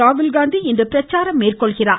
ராகுல்காந்தி இன்று பிரச்சாரம் மேற்கொள்கிறார்